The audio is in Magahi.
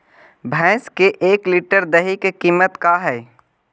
भैंस के एक लीटर दही के कीमत का है?